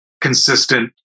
consistent